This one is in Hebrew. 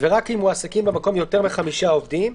ורק אם מועסקים במקום יותר מחמישה עובדים,